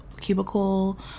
cubicle